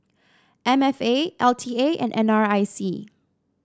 M F A L T A and N R I C